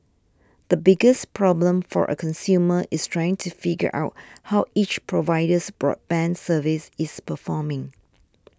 the biggest problem for a consumer is trying to figure out how each provider's broadband service is performing